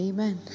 Amen